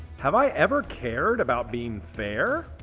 have i ever cared about being fair?